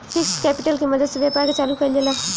fixed capital के मदद से व्यापार के चालू कईल जाला